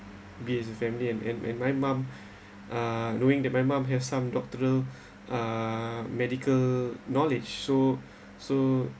be as a family and and and my mom uh knowing that my mom has some doctoral uh medical knowledge so so